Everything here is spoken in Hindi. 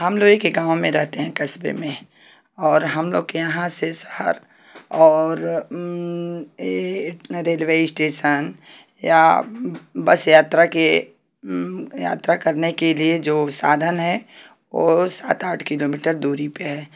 हम लोग एक ही गाँव में रहते हैं कस्बे में और हम लोग यहाँ से शहर और रेलवे स्टेशन या बस यात्रा के यात्रा करने के लिए जो साधन है वो सात आठ किलोमीटर दूरी पर है